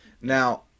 Now